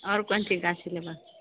आओर कोन चीज गाछ लेबह